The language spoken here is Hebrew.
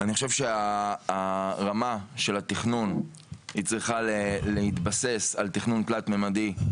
אני חושב שהרמה של התכנון צריכה להתבסס על תכנון תלת-מימדי,